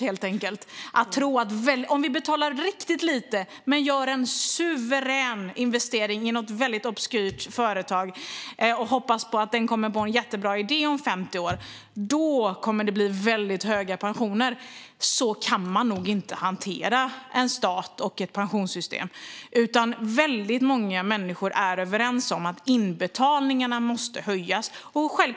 Vi ska inte tro att vi kan betala riktigt lite och göra en suverän investering i något obskyrt företag som vi hoppas ska få en jättebra idé om 50 år och att det ska leda till väldigt höga pensioner. Så kan man inte hantera en stat och ett pensionssystem! Väldigt många människor är överens om att inbetalningarna måste höjas.